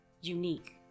unique